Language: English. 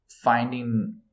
finding